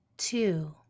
Two